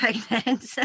pregnant